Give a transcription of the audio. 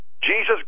Jesus